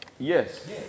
Yes